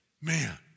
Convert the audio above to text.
Man